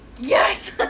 Yes